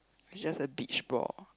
just a beach ball